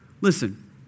Listen